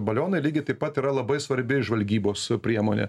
balionai lygiai taip pat yra labai svarbi žvalgybos priemonė